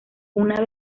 una